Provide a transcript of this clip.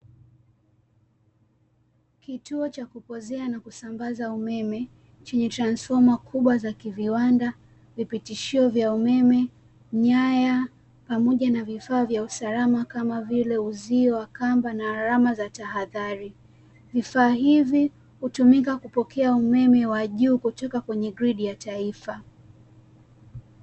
Kituo cha kupozea na kusambaza umeme chenye transfoma kubwa za kiviwanda, vipitisho vya umeme, nyaya, pamoja na vifaa vya usalama kama vile uzio wa kamba na alama za tahadhari, vifaa hivi hutumika kupokea umeme wa juu kutoka kwenye gredi ya taifa.